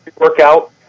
workout